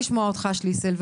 שליסל,